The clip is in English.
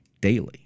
daily